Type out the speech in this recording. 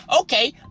okay